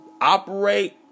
operate